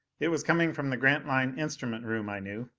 it was coming from the grantline instrument room, i knew.